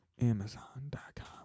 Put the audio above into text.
Amazon.com